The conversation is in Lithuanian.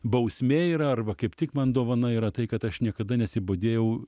bausmė yra arba kaip tik man dovana yra tai kad aš niekada nesibodėjau